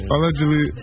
Allegedly